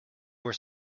were